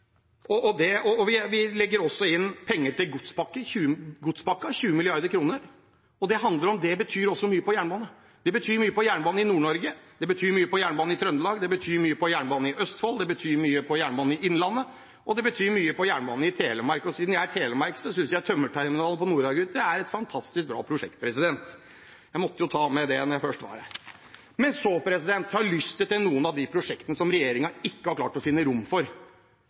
Vi legger også inn penger til Godspakken, 20 mrd. kr. Det betyr også mye for jernbane. Det betyr mye for jernbane i Nord-Norge. Det betyr mye for jernbane i Trøndelag. Det betyr mye for jernbane i Østfold. Det betyr mye for jernbane i Innlandet, og det betyr mye for jernbane i Telemark. Siden jeg er telemarking, synes jeg at tømmerterminalen på Nordagutu er et fantastisk bra prosjekt – jeg måtte jo ta med det når jeg først var her. Så har jeg lyst til å si noe om noen av de prosjektene som regjeringen ikke har klart å finne rom for.